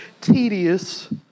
tedious